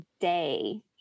day